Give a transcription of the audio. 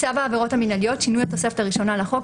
צו העבירות המינהליות (שינוי התוספת הראשונה לחוק),